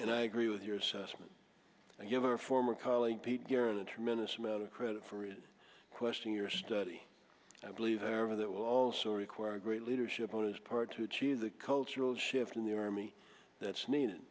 and i agree with your assessment and give our former colleague pete geren a tremendous amount of credit for it question your study i believe however that will also require great leadership on his part to achieve the cultural shift in the army that's needed